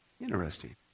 Interesting